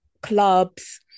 clubs